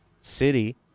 city